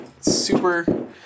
super